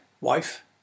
wife